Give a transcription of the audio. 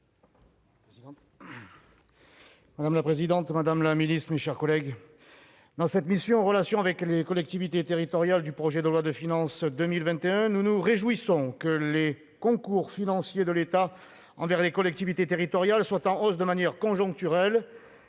Madame la présidente, madame la ministre, mes chers collègues, dans cette mission « Relations avec les collectivités territoriales » du projet de loi de finances (PLF) pour 2021, nous nous réjouissons que les concours financiers de l'État envers les collectivités territoriales soient en hausse de manière conjoncturelle,